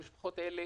המשפחות האלו